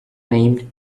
named